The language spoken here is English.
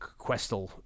Questel